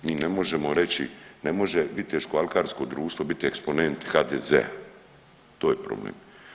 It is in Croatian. Mi ne možemo reći, ne može Viteško-alkarsko društvo biti eksponent HDZ-a, to je problem.